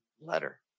letter